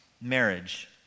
marriage